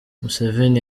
museveni